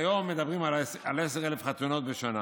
כיום מדברים על 10,000 חתונות בשנה,